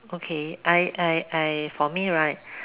okay I I I for me right